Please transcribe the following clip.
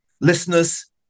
listeners